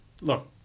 look